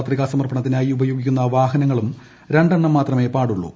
പത്രികാ സമർപ്പണത്തിനായി ഉപയോഗിക്കുന്ന വാഹനങ്ങളും രണ്ടെണ്ണം മാത്രമേ പാടുള്ളൂ